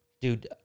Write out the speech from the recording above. dude